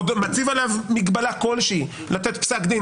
או מציב עליו מגבלה כלשהי לתת פסק דין